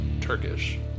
Turkish